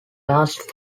last